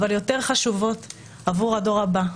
אבל הן יותר חשובות עבור הדור הבא,